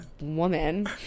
woman